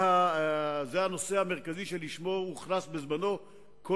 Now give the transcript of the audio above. זה הנושא המרכזי שלשמו הוכנס בזמנו כל